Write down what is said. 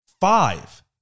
five